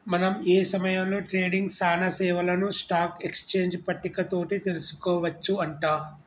మనం ఏ సమయంలో ట్రేడింగ్ సానా సేవలను స్టాక్ ఎక్స్చేంజ్ పట్టిక తోటి తెలుసుకోవచ్చు అంట